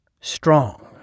strong